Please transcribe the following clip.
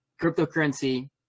cryptocurrency